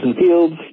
Fields